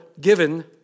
given